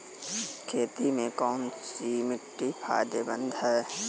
खेती में कौनसी मिट्टी फायदेमंद है?